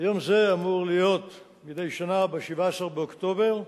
יום זה אמור להיות מדי שנה ב-17 באוקטובר.